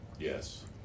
Yes